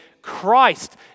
Christ